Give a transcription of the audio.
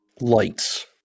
lights